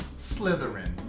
Slytherin